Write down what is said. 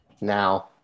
Now